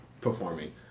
performing